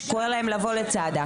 שקורא להם לבוא לצעדה?